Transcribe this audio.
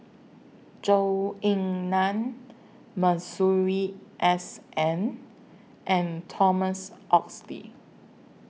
Zhou Ying NAN Masuri S N and Thomas Oxley